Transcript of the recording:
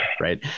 right